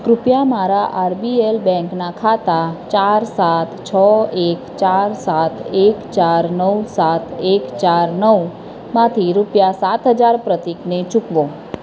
કૃપયા મારા R B L બૅંકના ખાતા ચાર સાત છ એક ચાર સાત એક ચાર નવ સાત એક ચાર નવમાંથી રૂપિયા સાત હજાર પ્રતિકને ચૂકવો